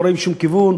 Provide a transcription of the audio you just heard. לא רואים שום כיוון,